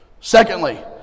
Secondly